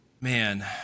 Man